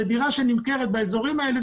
לדירה שנמכרת באזורים האלה,